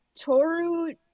Toru